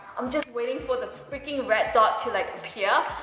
i'm just waiting for the freaking red dot to like appear,